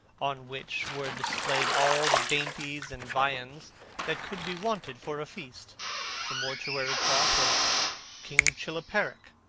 on which were displayed all the dainties and viands that could be wanted for a feast the mortuary cloth of king chilperic,